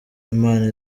imana